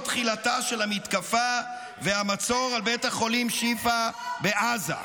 תחילתם של המתקפה והמצור על בית החולים שיפא בעזה.